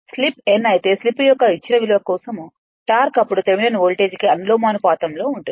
slip n అయితే slip యొక్క ఇచ్చిన విలువ కోసం టార్క్ అప్పుడు థెవెనిన్ వోల్టేజ్ కి అనులోమానుపాతంలో ఉంటుంది